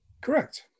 Correct